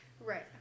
Right